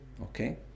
Okay